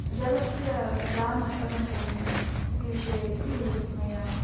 जलस्य दानं कथं करणीयम् इति विषयेपि मया